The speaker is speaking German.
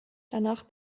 danach